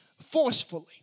forcefully